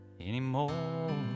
anymore